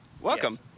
Welcome